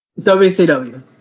WCW